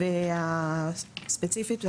פסקה (3) ספציפית,